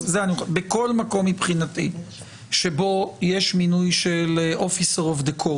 בכל מקום שבו יש מינוי של officer of the court